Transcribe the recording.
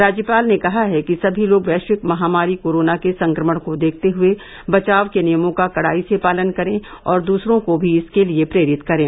राज्यपाल ने कहा है कि सभी लोग वैश्विक महामारी कोरोना के संक्रमण को देखते हुए बचाव के नियमों का कड़ाई से पालन करे और दूसरों को भी इसके लिये प्रेरित करे